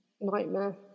nightmare